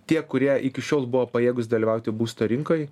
tie kurie iki šiol buvo pajėgūs dalyvauti būsto rinkoj